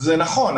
זה נכון,